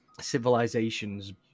civilizations